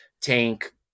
tank